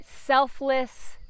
selfless